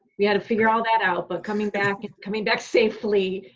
we had to figure all that out, but coming back coming back safely,